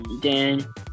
Dan